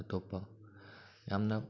ꯑꯇꯣꯞꯄ ꯌꯥꯝꯅ